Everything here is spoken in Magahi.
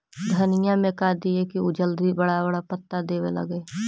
धनिया में का दियै कि उ जल्दी बड़ा बड़ा पता देवे लगै?